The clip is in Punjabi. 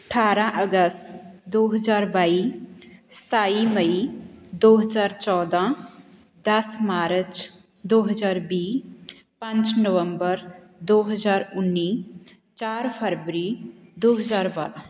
ਅਠਾਰ੍ਹਾਂ ਅਗਸਤ ਦੋ ਹਜ਼ਾਰ ਬਾਈ ਸਤਾਈ ਮਈ ਦੋ ਹਜ਼ਾਰ ਚੌਦਾਂ ਦਸ ਮਾਰਚ ਦੋ ਹਜਾਰ ਵੀਹ ਪੰਜ ਨਵੰਬਰ ਦੋ ਹਜ਼ਾਰ ਉੱਨੀ ਚਾਰ ਫਰਵਰੀ ਦੋ ਹਰ ਬਾਰ੍ਹਾਂ